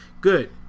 Good